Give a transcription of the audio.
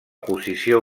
posició